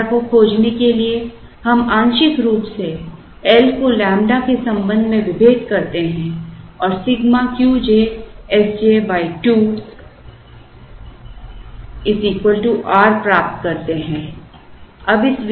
तो लैम्ब्डा को खोजने के लिए हम आंशिक रूप से Lको लैम्ब्डा के संबंध में विभेद करते हैं और Σ Qj Sj 2 R प्राप्त करते है